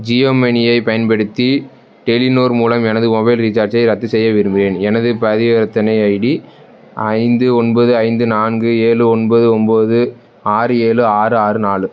ஜியோ மணியை பயன்படுத்தி டெலிநோர் மூலம் எனது மொபைல் ரீசார்ஜை ரத்துச் செய்ய விரும்புகிறேன் எனது பரிவர்த்தனை ஐடி ஐந்து ஒன்பது ஐந்து நான்கு ஏழு ஒன்பது ஒன்பது ஆறு ஏழு ஆறு ஆறு நாலு